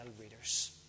readers